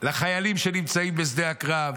לחיילים שנמצאים בשדה הקרב.